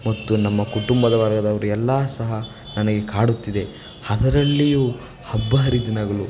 ಮತ್ತು ನಮ್ಮ ಕುಟುಂಬದವರಾದವ್ರು ಎಲ್ಲ ಸಹ ನನಗೆ ಕಾಡುತ್ತಿದೆ ಅದರಲ್ಲಿಯೂ ಹಬ್ಬ ಹರಿದಿನಗಳು